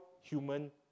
human